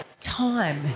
Time